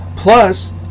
Plus